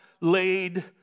laid